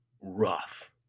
rough